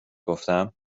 گفتم